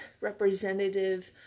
representative